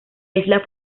isla